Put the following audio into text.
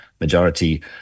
majority